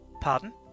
Pardon